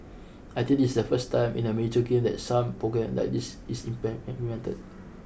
I think it is the first time in a major game that some programme like this is implemented